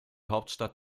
hauptstadt